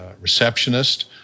receptionist